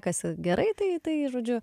kasi gerai tai tai žodžiu